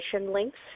links